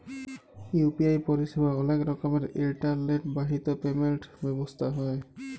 UPI পরিসেবা অলেক রকমের ইলটারলেট বাহিত পেমেল্ট ব্যবস্থা হ্যয়